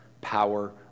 power